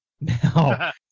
now